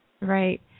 Right